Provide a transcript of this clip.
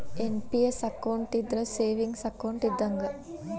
NPS account ಇದ್ರ savings account ಇದ್ದಂಗ